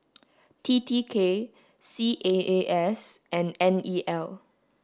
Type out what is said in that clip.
T T K C A A S and N E L